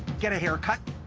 get a haircut,